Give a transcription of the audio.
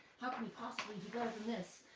how can he possibly this?